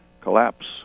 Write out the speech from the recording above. collapse